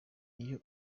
iyo